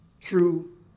True